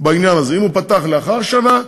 בעניין הזה, אם הוא פתח לאחר שנה,